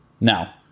Now